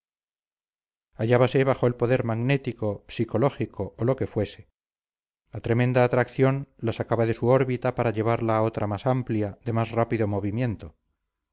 las ideas hallábase bajo el poder magnético psicológico o lo que fuese la tremenda atracción la sacaba de su órbita para llevarla a otra más amplia de más rápido movimiento